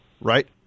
right